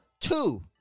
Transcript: Two